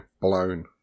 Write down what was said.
blown